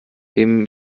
wem